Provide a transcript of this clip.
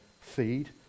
feed